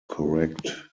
correct